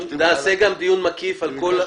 נעשה גם דיון מקיף על כל ---,